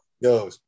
yo